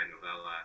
novella